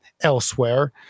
elsewhere